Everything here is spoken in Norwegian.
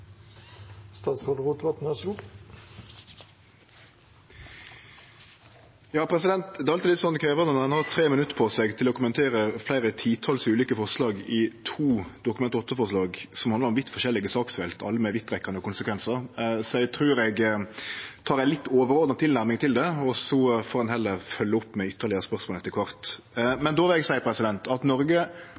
Det er alltid litt krevjande når ein har 3 minutt på seg til å kommentere fleire titals ulike forslag i to Dokument 8-forslag som handlar om vidt forskjellige saksfelt, alle med vidtrekkande konsekvensar. Eg trur eg tek ei litt overordna tilnærming til det, og så får ein heller følgje opp med ytterlegare spørsmål etter kvart. Då vil eg seie at Noreg